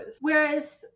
Whereas